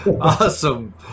Awesome